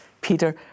Peter